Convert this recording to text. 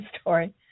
story